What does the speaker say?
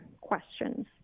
questions